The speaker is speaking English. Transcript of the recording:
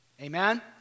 Amen